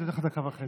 אני אתן לך דקה וחצי.